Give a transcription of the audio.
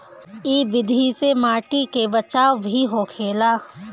इ विधि से माटी के बचाव भी होखेला